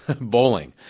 bowling